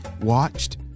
watched